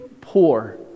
poor